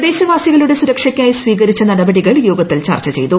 പ്രദേശവാസികളുടെ സുരക്ഷയ്ക്കായി സ്വീകരിച്ച നടപടികൾ യോഗത്തിൽ ചർച്ച ചെയ്തു